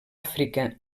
àfrica